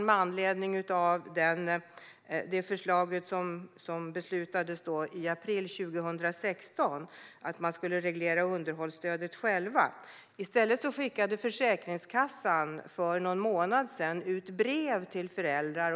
Med anledning av beslutet i april 2016 att man skulle reglera underhållsstödet själv skickade Försäkringskassan för någon månad sedan ut brev till föräldrar.